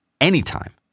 anytime